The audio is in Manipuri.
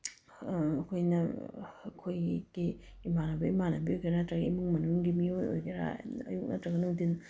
ꯑꯩꯈꯣꯏꯅ ꯑꯩꯈꯣꯏꯒꯤ ꯏꯃꯥꯟꯅꯕ ꯏꯃꯥꯟꯅꯕꯤ ꯑꯣꯏꯒꯦꯔꯥ ꯅꯠꯇ꯭ꯔꯒ ꯏꯃꯨꯡ ꯃꯅꯨꯡꯒꯤ ꯃꯤꯑꯣꯏ ꯑꯣꯏꯒꯦꯔꯥ ꯑꯌꯨꯛ ꯅꯠꯇ꯭ꯔꯒ ꯅꯨꯡꯊꯤꯟ